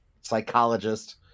psychologist